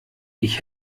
ich